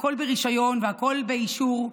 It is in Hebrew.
הכול ברישיון והכול באישור,